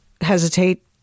hesitate